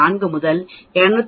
4 முதல் 249